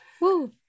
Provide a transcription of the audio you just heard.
Woo